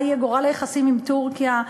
מה יהיה גורל היחסים עם טורקיה.